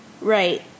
Right